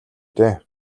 дээ